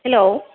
hello